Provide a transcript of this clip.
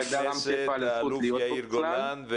נמצאים פה חברי הכנסת האלוף יאיר גולן,